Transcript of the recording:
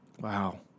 Wow